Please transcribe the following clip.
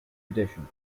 edition